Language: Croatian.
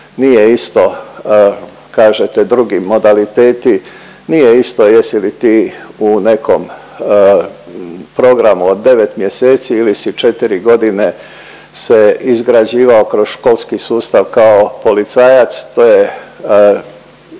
Nije isto, kažete drugi modaliteti, nije isto jesi li ti u nekom programu od 9 mjeseci ili si 4 godine se izgrađivao kroz školski sustav kao policajac. To je